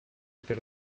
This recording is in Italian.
per